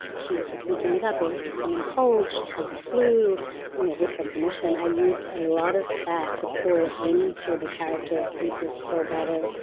she was just making it up it was a common cold. she had the flu you know with her permission. i used a lot of that to pull into the character of mrs. delgado